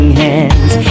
hands